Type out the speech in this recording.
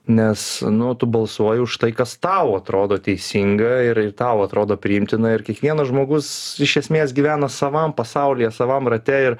nes nu tu balsuoji už tai kas tau atrodo teisinga ir ir tau atrodo priimtina ir kiekvienas žmogus iš esmės gyvena savam pasaulyje savam rate ir